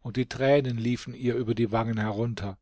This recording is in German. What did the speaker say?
und die tränen liefen ihr über die wangen herunter